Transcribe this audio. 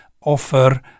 offer